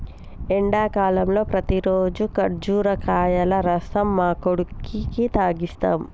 ఎండాకాలంలో ప్రతిరోజు కర్బుజకాయల రసం మా కొడుకుకి తాగిస్తాం